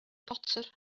potter